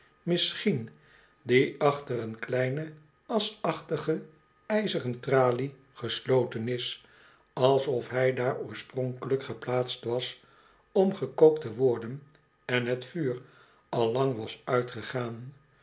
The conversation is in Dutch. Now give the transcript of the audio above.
die achter een kleine aschachtige ijzeren tralie gesloten is alsof hij daar oorspronkelijk geplaatst was om gekookt te worden en het vuur al lang was uitgegaan